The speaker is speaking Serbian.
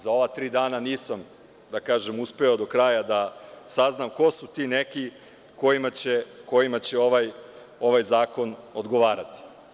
Za ova tri dana nisam uspeo do kraja da saznam ko su ti neki kojima će ovaj zakon odgovarati.